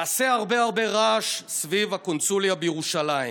תעשה הרבה הרבה רעש סביב הקונסוליה בירושלים,